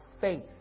faith